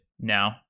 now